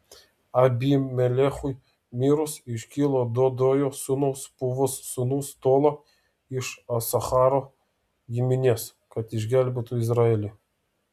abimelechui mirus iškilo dodojo sūnaus pūvos sūnus tola iš isacharo giminės kad išgelbėtų izraelį